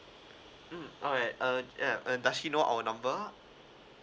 mm alright uh yeah uh does she know our number